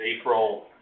April